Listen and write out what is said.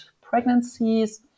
pregnancies